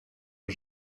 aux